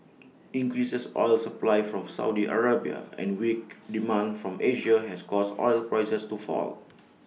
increases oil supply from Saudi Arabia and weak demand from Asia has caused oil prices to fall